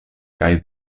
kaj